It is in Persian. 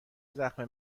زخم